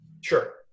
sure